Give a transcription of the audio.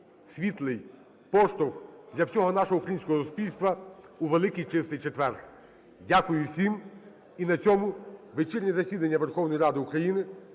світлий поштовх для всього нашого українського суспільства у Великий Чистий четвер. Дякую всім. І на цьому вечірнє засідання Верховної Ради України